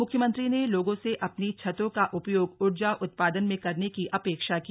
मुख्यमंत्री ने लोगों से अपनी छतो का उपयोग ऊर्जा उत्पादन में करने की अपेक्षा की